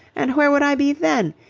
and where would i be then?